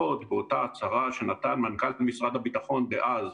לפחות באותה הצהרה שנתן מנכ"ל משרד הביטחון דאז,